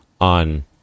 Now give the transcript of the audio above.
on